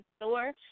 store